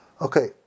okay